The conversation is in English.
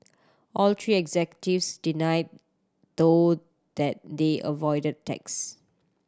all three executives denied though that they avoided tax